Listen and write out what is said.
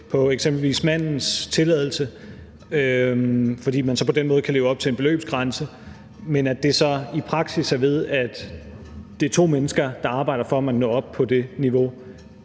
på eksempelvis mandens tilladelse, fordi man så på den måde kan leve op til en beløbsgrænse, men at det så i praksis er sådan, at det er to mennesker, der arbejder, for at man kan nå op på det niveau,